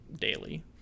daily